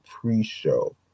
pre-show